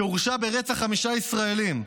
שהורשע ברצח חמישה ישראלים.